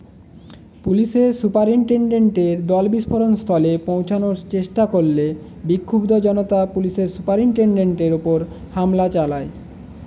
পুলিশের সুপারিনটেনডেন্টের দল বিস্ফোরণ স্থলে পৌঁছানোর চেষ্টা করলে বিক্ষুব্ধ জনতা পুলিশের সুপারিনটেনডেন্টের ওপর হামলা চালায়